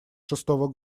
шестого